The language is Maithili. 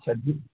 चलू